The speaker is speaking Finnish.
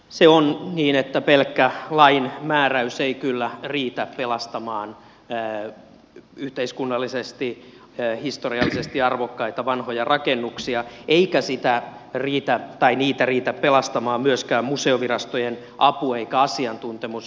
se on niin että pelkkä lain määräys ei kyllä riitä pelastamaan yhteiskunnallisesti historiallisesti arvokkaita vanhoja rakennuksia eikä niitä riitä pelastamaan myöskään museoviraston apu eikä asiantuntemus